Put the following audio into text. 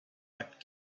but